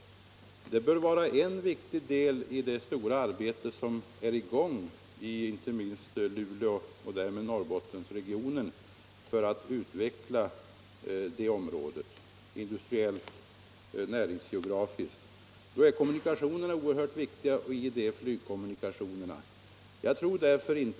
Det bör vara en viktig del i det stora arbete som är i gång, inte minst i Luleå och därmed i Norrbottensregionen, för att utveckla det området industriellt och näringsgeografiskt. Därvid är kommunikationerna och därmed även flygkommunikationerna oerhört viktiga.